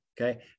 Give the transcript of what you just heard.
okay